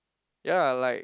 ya like